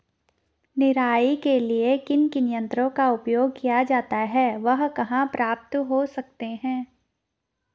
निराई के लिए किन किन यंत्रों का उपयोग किया जाता है वह कहाँ प्राप्त हो सकते हैं?